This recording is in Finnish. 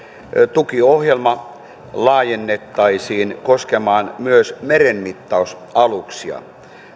tukiohjelma laajennettaisiin koskemaan myös merenmittausaluksia